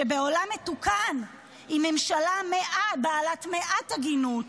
שבעולם מתוקן עם ממשלה בעלת מעט הגינות,